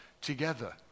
together